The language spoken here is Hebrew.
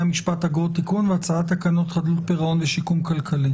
המשפט (אגרות) (תיקון) והצעת תקנות חדלות פירעון ושיקום כלכלי